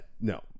No